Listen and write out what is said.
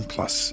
Plus